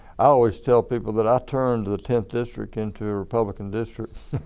i always tell people that i turned the tenth district into a republican district.